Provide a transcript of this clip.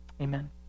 Amen